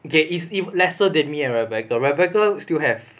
they is is lesser than me and rebecca rebecca still have